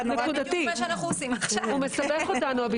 הביטוי הזה מסבך אותנו.